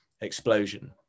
explosion